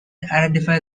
identified